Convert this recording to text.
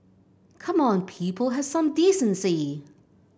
come on people have some decency